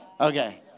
Okay